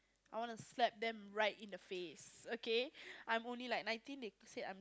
I wanna slap them right in the face okay I'm only like nineteen they said I'm